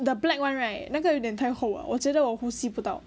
the black [one] right 那个有点太厚 uh 我觉得我呼吸不到